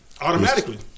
Automatically